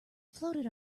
floated